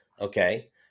Okay